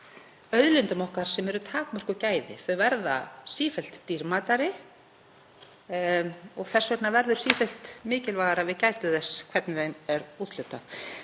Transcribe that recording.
auðlindum okkar sem eru takmörkuð gæði. Þau verða sífellt dýrmætari og þess vegna verður sífellt mikilvægara að við gætum þess hvernig þeim er úthlutað.